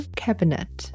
cabinet